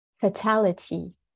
fatality